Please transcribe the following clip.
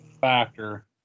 factor